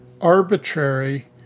arbitrary